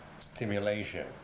stimulation